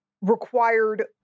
required